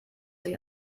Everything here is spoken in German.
sich